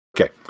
Okay